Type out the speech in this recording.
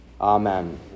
Amen